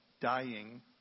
dying